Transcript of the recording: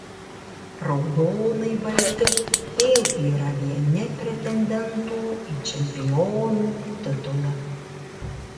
raudonai balti vėl yra vieni pretendentų į čempionų titulą